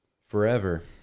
forever